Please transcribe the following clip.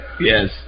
yes